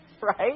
Right